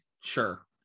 sure